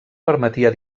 permetia